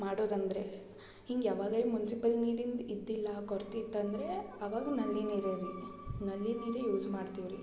ಮಾಡೋದಂದರೆ ಹಿಂಗೆ ಯಾವಾಗಲು ಮುನ್ಸಿಪಲ್ ನೀರಿಂದು ಇದ್ದಿಲ್ಲ ಕೊರತೆ ಇತ್ತಂದರೆ ಅವಾಗು ನಲ್ಲಿ ನೀರೆ ರೀ ನಲ್ಲಿ ನೀರೇ ಯೂಸ್ ಮಾಡ್ತೀವಿ ರೀ